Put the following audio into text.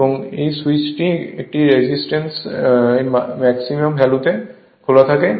এবং এই সুইচটি এই রেজিস্ট্যান্সের ম্যাক্সিমাম ভ্যালুতে খোলা থাকে